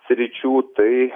sričių tai